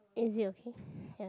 is it okay ya